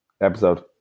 episode